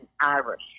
Irish